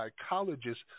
psychologist